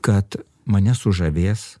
kad mane sužavės